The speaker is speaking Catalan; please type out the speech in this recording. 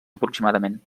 aproximadament